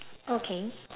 okay